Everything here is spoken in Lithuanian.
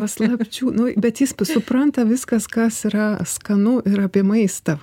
paslapčių nu bet jis supranta viskas kas yra skanu ir apie maistą